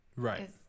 Right